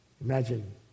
imagine